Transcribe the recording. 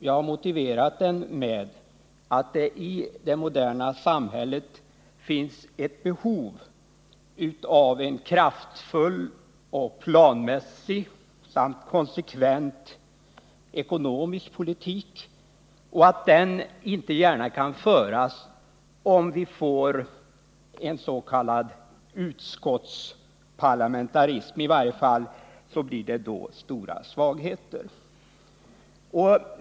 Jag har motiverat det med att det i det moderna samhället finns behov av en kraftfull, planmässig och konsekvent ekonomisk politik och att den inte gärna kan föras om vi får en s.k. utskottsparlamentarism. I varje fall blir det då stora svagheter.